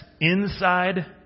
inside